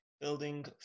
Building